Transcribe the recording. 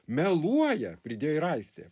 meluoja pridėjo ir aistė